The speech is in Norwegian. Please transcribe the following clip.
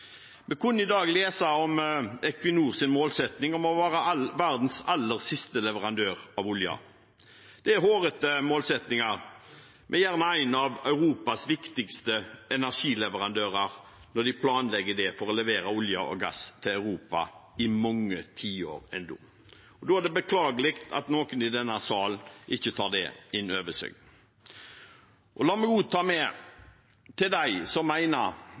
Vi kunne i dag lese om Equinors målsetting om å være verdens aller siste leverandør av olje. Det er hårete målsettinger fra en av Europas viktigste energileverandører når de planlegger for å levere olje og gass til Europa i mange tiår ennå, og da er det beklagelig at noen i denne sal ikke tar det inn over seg. La meg også, til dem som